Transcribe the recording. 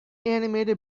animated